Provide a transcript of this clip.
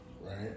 right